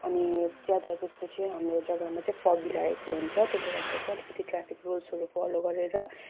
अनि ज्यादा जस्तो चाहिँ हाम्रो जग्गामा चाहिँ फगी लागेको हुन्छ त्यसले गर्दा चाहिँ अलिकति ट्राफ्रिक रुल्सहरू फलो गरेर